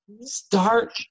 start